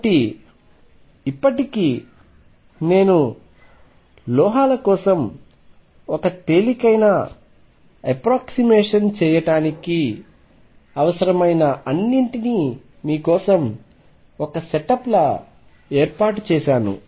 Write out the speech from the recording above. కాబట్టి ఇప్పటికి నేను లోహాల కోసం ఒక తేలికైన అప్రాక్సీమేషన్ చేయడానికి అవసరమైన అన్నింటినీ మీ కోసం ఒక సెటప్ లా ఏర్పాటు చేసాను